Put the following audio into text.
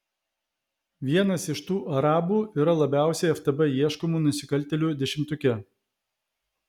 vienas iš tų arabų yra labiausiai ftb ieškomų nusikaltėlių dešimtuke